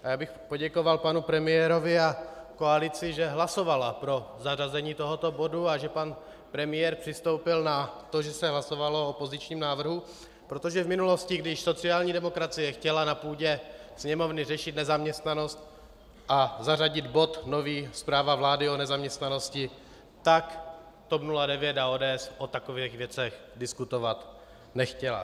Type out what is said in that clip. A já bych poděkoval panu premiérovi a koalici, že hlasovali pro zařazení tohoto bodu a že pan premiér přistoupil na to, že se hlasovalo o opozičním návrhu, protože v minulosti, když sociální demokracie chtěla na půdě Sněmovny řešit nezaměstnanost a zařadit bod nový zpráva vlády o nezaměstnanosti, tak TOP 09 a ODS o takových věcech diskutovat nechtěly.